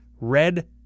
red